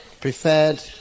Preferred